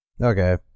Okay